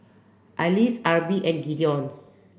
Alys Arbie and Gideon